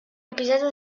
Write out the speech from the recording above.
episodio